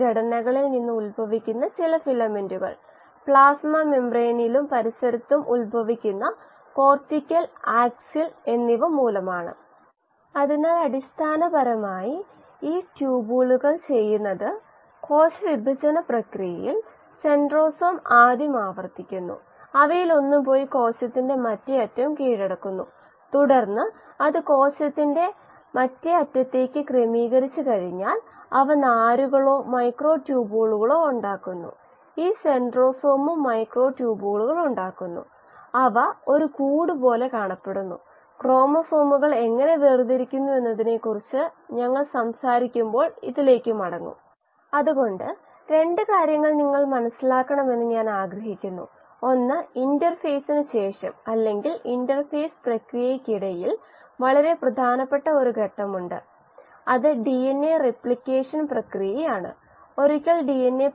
5 cell yield coefficient ഉള്ള ഇത് aerobic വളർച്ചയിലാണ് അതായത് Y xS 0